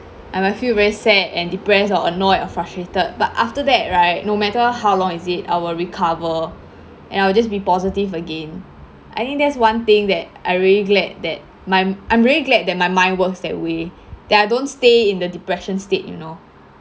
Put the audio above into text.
I might feel very sad and depressed or annoyed or frustrated but after that right no matter how long is it I will recover and I'll just be positive again I think that's one thing that I really glad that my I'm very glad that my mind works that way that I don't stay in the depression state you know